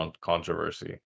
controversy